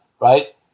right